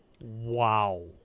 wow